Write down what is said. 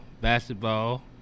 basketball